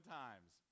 times